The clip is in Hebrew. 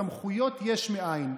סמכויות יש מאין,